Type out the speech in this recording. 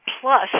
plus